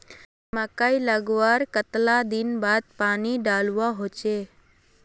मकई लगवार कतला दिन बाद पानी डालुवा होचे?